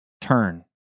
turn